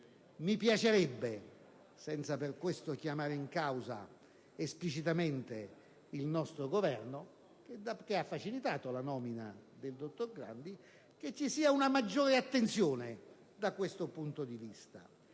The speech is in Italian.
Mi piacerebbe, senza per questo chiamare in causa esplicitamente il nostro Governo, che ha facilitato la nomina del dottor Grandi, che ci fosse una maggiore attenzione da questo punto di vista.